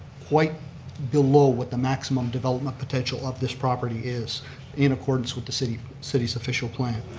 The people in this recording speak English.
quite below what the maximum development potential of this property is in accordance with the city's city's official plan.